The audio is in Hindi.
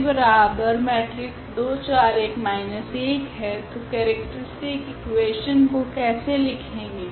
तो केरेक्ट्रीस्टिक इकुवेशन को कैसे लिखेगे